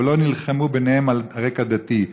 אבל לא נלחמו ביניהם על רקע דתי.